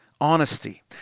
honesty